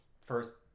First